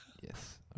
Yes